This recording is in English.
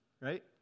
Right